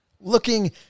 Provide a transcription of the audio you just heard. looking